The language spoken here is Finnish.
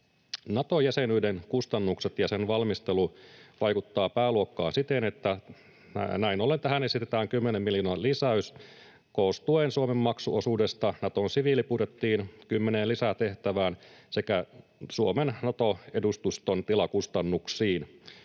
Nato-jäsenyyden kustannukset ja sen valmistelu vaikuttavat pääluokkaan siten, että näin ollen tähän esitetään 10 miljoonan lisäys koostuen Suomen maksuosuudesta Naton siviilibudjettiin, kymmeneen lisätehtävään sekä Suomen Nato-edustuston tilakustannuksiin.